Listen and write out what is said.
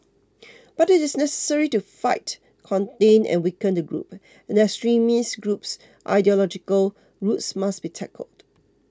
but it is necessary to fight contain and weaken the group and the extremist group's ideological roots must be tackled